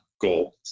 goal